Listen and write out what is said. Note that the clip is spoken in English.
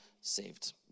saved